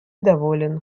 доволен